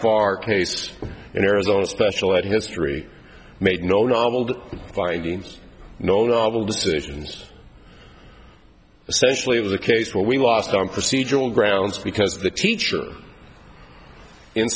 far cased in arizona special ed in history made no nobbled findings no novel decisions essentially it was a case where we lost on procedural grounds because the teacher in